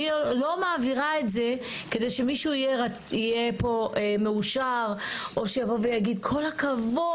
אני לא מעבירה את זה כדי שמישהו יהיה פה מאושר או שיבוא ויגיד כל הכבוד.